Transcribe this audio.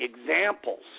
examples